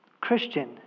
Christian